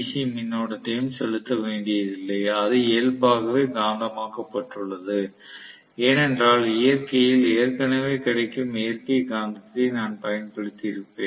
C மின்னோட்டத்தையும் செலுத்த வேண்டியதில்லை அது இயல்பாகவே காந்தமாக்கப்பட்டுள்ளது ஏனென்றால் இயற்கையில் ஏற்கனவே கிடைக்கும் இயற்கை காந்தத்தை நான் பயன்படுத்தி இருப்பேன்